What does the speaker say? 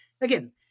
again